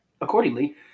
Accordingly